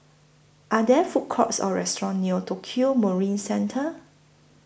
Are There Food Courts Or restaurants near Tokio Marine Centre